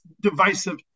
divisive